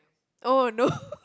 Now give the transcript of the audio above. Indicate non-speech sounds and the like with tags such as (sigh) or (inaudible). oh no (laughs)